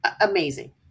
Amazing